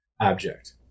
abject